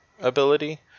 ability